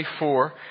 24